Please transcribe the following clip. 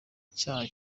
cyaha